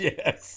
Yes